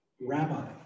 Rabbi